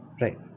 right